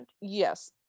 Yes